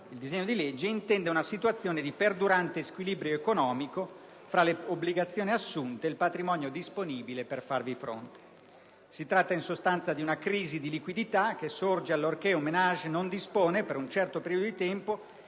il disegno di legge intende una situazione di perdurante squilibrio economico fra le obbligazioni assunte e il patrimonio disponibile per farvi fronte. Si tratta, in sostanza, di una crisi di liquidità che sorge allorché un *ménage* non dispone, per un certo periodo di tempo,